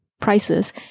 prices